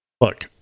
Look